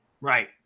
Right